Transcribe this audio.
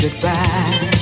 goodbye